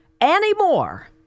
anymore